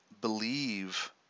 believe